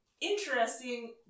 interesting